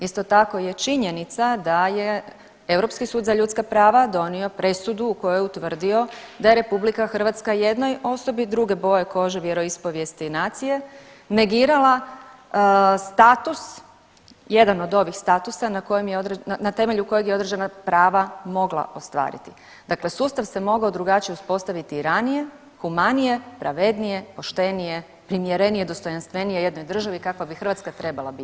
Isto tako je činjenica da je Europski sud za ljudska prava donio presudu u kojoj je utvrdio da je RH jednoj osobi druge boje kože, vjeroispovijesti i nacije negirala status, jedan od ovih statusa na temelju kojeg je određena prava mogla ostvariti, dakle sustav se mogao drugačije uspostaviti i ranije, humanije, pravednije, poštenije, primjerenije i dostojanstvenije jednoj državi kakva bi Hrvatska trebala biti.